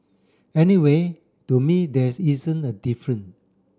anyway to me there's isn't a different